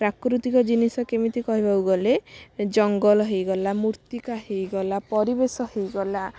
ପ୍ରାକୃତିକ ଜିନିଷ କେମିତି କହିବାକୁ ଗଲେ ଜଙ୍ଗଲ ହେଇଗଲା ମୃତ୍ତିକା ହେଇଗଲା ପରିବେଶ ହେଇଗଲା